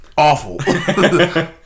Awful